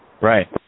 Right